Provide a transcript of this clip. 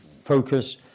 focus